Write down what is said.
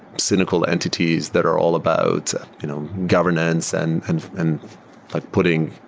cynical entities that are all about you know governance and and and like putting,